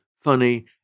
funny